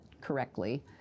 correctly